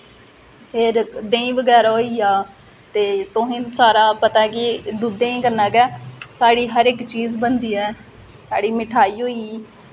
फिर देहीं बगैरा होइया ते तुसें ई सारा पता ऐ दुद्धै कन्नै गै साढ़ी हर इक चीज बनदी ऐ साढ़ी मिठाई होई